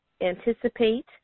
anticipate